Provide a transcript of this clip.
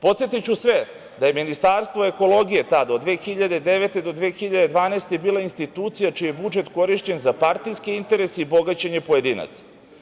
Podsetiću sve da je Ministarstvo ekologije, tada od 2009. do 2012. godine bila institucija čiji budžet je korišćen za partijske interese i bogaćenje pojedinca.